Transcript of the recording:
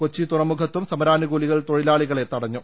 കൊച്ചി തുറമുഖത്തും സമരാനുകൂലികൾ തൊഴിലാളികളെ തടഞ്ഞു